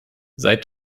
seit